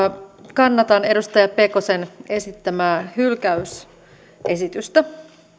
kannatan edustaja pekosen esittämää hylkäysesitystä